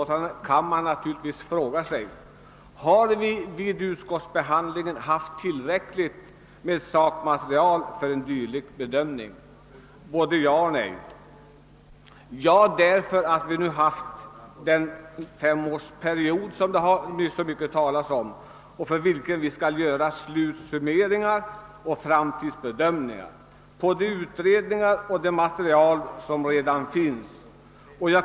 Men man kan naturligtvis fråga sig, om vi vid utskottsbehandlingen haft tillräckligt sakmaterial för att kunna göra en dylik bedömning. Svaret blir både ja och nej. Vi kan svara ja därför att den femårsperiod nu har gått som det har talats så mycket om och efter vilken vi skall göra slutsummeringar och framtidsbedömningar på det material som föreligger.